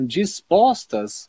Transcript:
dispostas